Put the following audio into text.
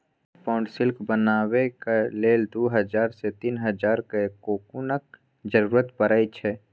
एक pound silk बनेबाक लेल दु हजार सँ तीन हजारक कोकुनक जरुरत परै छै